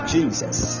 Jesus